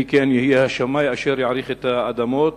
מי יהיה השמאי אשר יעריך את האדמות.